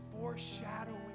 foreshadowing